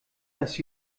dass